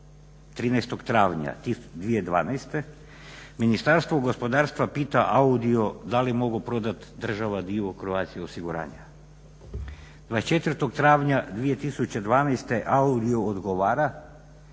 13. travnja 2012. Ministarstvo gospodarstva pita AUDIO da li mogu prodat država dio Croatia osiguranja. 24. travnja 2012. AUDIO odgovara